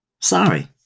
Sorry